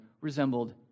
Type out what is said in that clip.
resembled